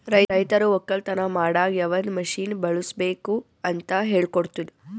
ರೈತರು ಒಕ್ಕಲತನ ಮಾಡಾಗ್ ಯವದ್ ಮಷೀನ್ ಬಳುಸ್ಬೇಕು ಅಂತ್ ಹೇಳ್ಕೊಡ್ತುದ್